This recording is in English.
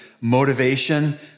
motivation